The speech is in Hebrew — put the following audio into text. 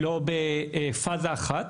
לא בפאזה אחת,